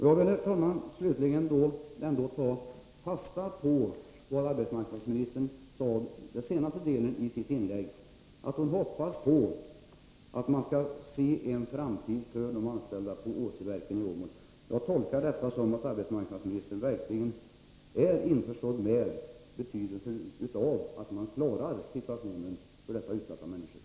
Jag vill, herr talman, slutligen ta fasta på vad arbetsmarknadsministern sade i den senare delen av sitt inlägg, nämligen att hon hoppas på att man skall kunna finna en framtid för de anställda på Åsiverken i Åmål. Jag tolkar detta så att arbetsmarknadsministern verkligen inser betydelsen av att man klarar situationen för dessa utsatta människor.